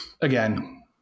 again